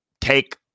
take